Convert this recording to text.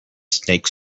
snake